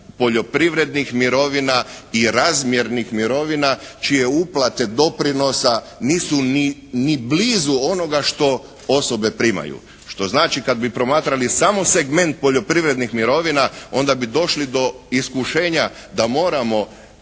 poljoprivrednih mirovina i razmjernih mirovina čije uplate doprinosa nisu ni blizu onoga što osobe primaju. Što znači kad bi promatrali samo segment poljoprivrednih mirovina onda bi došli do iskušenja da moramo,